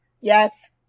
Yes